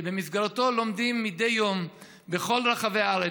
שבמסגרתו לומדים מדי יום בכל רחבי הארץ,